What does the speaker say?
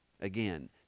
again